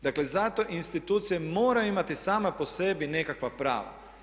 Dakle, zato institucije moraju imati same po sebi nekakva prava.